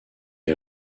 est